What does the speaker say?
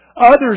Others